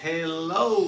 Hello